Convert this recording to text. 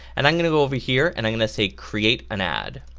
and i'm gonna go over here and i'm going to say create an ad.